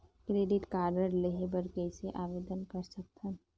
Credit card लेहे बर कइसे आवेदन कर सकथव?